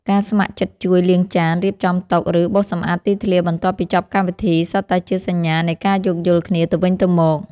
ការស្ម័គ្រចិត្តជួយលាងចាន រៀបចំតុ ឬបោសសម្អាតទីធ្លាបន្ទាប់ពីចប់កម្មវិធី សុទ្ធតែជាសញ្ញានៃការយោគយល់គ្នាទៅវិញទៅមក។